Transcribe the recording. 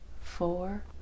four